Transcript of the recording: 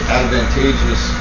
advantageous